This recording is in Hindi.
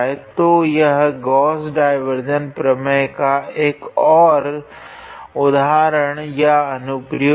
तो यह गॉस डाइवार्जेंस प्रमेय का एक और उदाहरण या अनुप्रयोग है